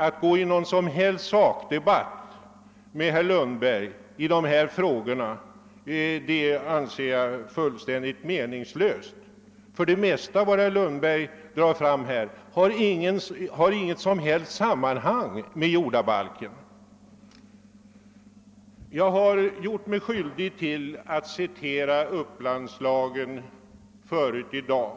Att gå i någon som helst sakdebatt med herr Lundberg i dessa frågor anser jag fullständigt meningslöst, eftersom det mesta av vad han drar fram inte har det ringaste samband med jordabalken. Jag har gjort mig skyldig till att citera Upplandslagen förut i dag,